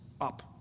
Up